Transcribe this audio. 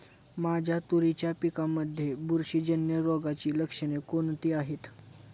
माझ्या तुरीच्या पिकामध्ये बुरशीजन्य रोगाची लक्षणे कोणती आहेत?